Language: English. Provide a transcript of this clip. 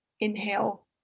inhale